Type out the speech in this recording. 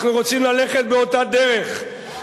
מה אמר רש"י הראשון,